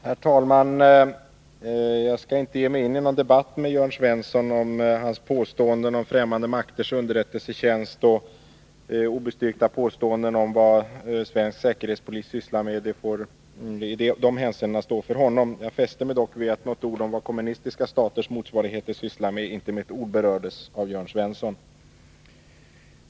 Herr talman! Jag skall inte ge migin i någon debatt med Jörn Svensson om hans påståenden om främmande makters underrättelsetjänst och obestyrkta påståenden om vad svensk säkerhetspolis sysslar med. Det får i de hänseendena stå för hans räkning. Jag fäste mig dock vid att vad kommunistiska staters motsvarigheter sysslar med inte med ett ord berördes av Jörn Svensson.